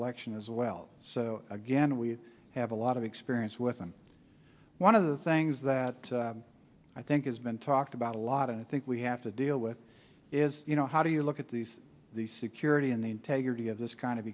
election as well so again we have a lot of experience with and one of the things that i've it has been talked about a lot and i think we have to deal with is you know how do you look at these the security and the integrity of this kind of